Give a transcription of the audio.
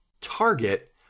target